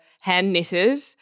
hand-knitted